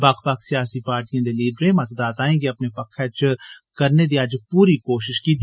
बक्ख बक्ख सियासी पार्टिएं दे लीडरें मतदाताएं गी अपने पक्खै च करनी दी अज्ज पूरी पूरी कोश्श कीती